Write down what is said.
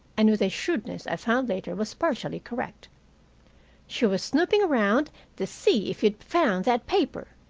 and, with a shrewdness i found later was partially correct she was snooping around to see if you'd found that paper,